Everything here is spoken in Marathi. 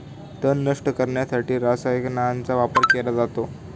तण नष्ट करण्यासाठी रसायनांचा वापर केला जातो